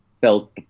felt